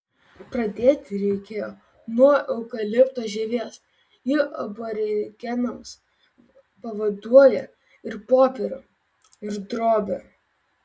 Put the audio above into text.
pradėti reikėjo nuo eukalipto žievės ji aborigenams pavaduoja ir popierių ir drobę